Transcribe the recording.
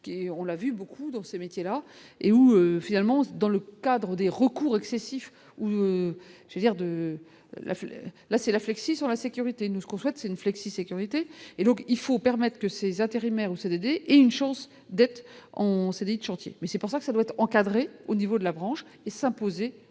on l'a vu beaucoup dans ce métier-là et où, finalement, c'est dans le cadre des recours excessif ou dire de la là c'est la Afrique si sur la sécurité, nous ce qu'on souhaite, c'est une flexi-sécurité et donc il faut permettre que ces intérimaires ou CDD et une chance d'être en chantier mais c'est pour ça que ça doit être encadré au niveau de la branche et s'imposer aux